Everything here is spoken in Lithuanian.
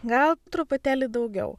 gal truputėlį daugiau